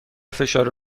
فشار